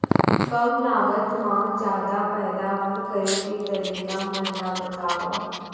कम लागत मा जादा पैदावार करे के तरीका मन ला बतावव?